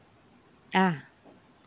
ah